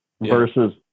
versus